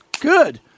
Good